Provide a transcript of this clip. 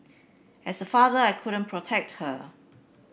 as a father I couldn't protect her